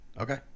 Okay